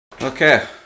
Okay